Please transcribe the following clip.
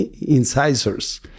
incisors